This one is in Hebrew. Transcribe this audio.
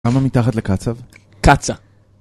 למה מתחת לקצב? קצה